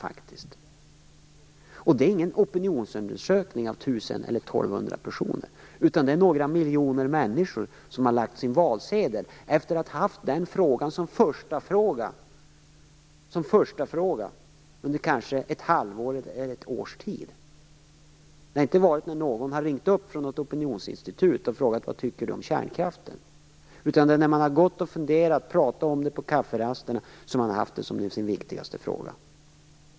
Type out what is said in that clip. Det är inte fråga om någon opinionsundersökning av 1 000 eller 1 200 personer, utan det är några miljoner människor som har lagt sina valsedlar efter att ha haft denna fråga som första fråga under kanske ett halvårs eller ett års tid. Det var inte någon som ringde upp från något opinionsinstitut och frågade: Vad tycker du om kärnkraften? Det är när man har gått och funderat och pratat om det på kafferaster som man har haft det som sin viktigaste fråga.